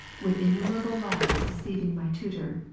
with innumerable lies deceiving my tutor,